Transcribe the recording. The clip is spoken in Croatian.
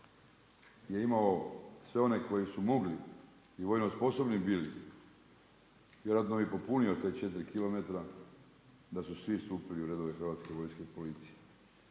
je imao sve one koji su mogli i vojno sposobni bili, vjerojatno bi popunio tih 4 kilometra da su svi stupili u redove Hrvatske vojske i policije.